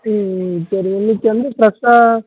சரி சரி உங்களுக்கு வந்து ஃப்ரெஷ்ஷாக